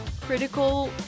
critical